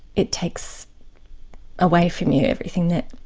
it takes away from you everything that